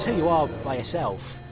you are by yourself.